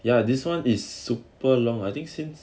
ya this one is super long I think since